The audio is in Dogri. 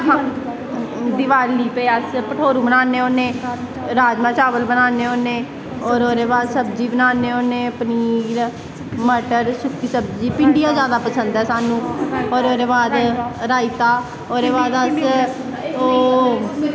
दिवाली पर अस भठोरू बनान्ने होन्ने राजमां चावल बनान्ने होन्न्ने और ओह्दे बाद सब्जी बनाने होन्ने पनीर सुक्की सब्जी भिंडियां जादा पसंद ऐं स्हानू ओह्दे बाद रायता ओह्दे बाद अस ओह्